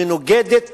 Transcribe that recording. מנוגדת